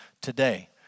today